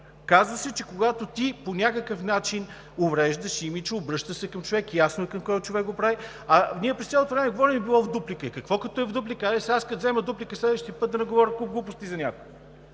Казва се, че когато ти по някакъв начин увреждаш имиджа, обръщаш се към човек, ясно е към кой човек го правиш, а ние през цялото време говорим: било в дуплика. Е, какво като е в дуплика?! Хайде, като взема дуплика следващия път, да наговоря куп глупости за някой!?